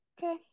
Okay